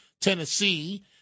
Tennessee